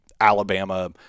Alabama